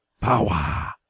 Power